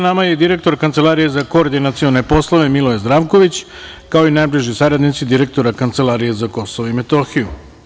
nama je i direktor Kancelarije za koordinacione poslove, Miloje Zdravković, kao i najbliži saradnici direktora Kancelarije za Kosovo i Metohiju.